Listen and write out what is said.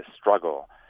struggle